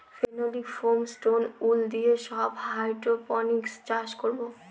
phenolic foam, stone wool দিয়ে সব hydroponics চাষ করাবো